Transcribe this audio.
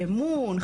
אמון,